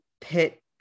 pit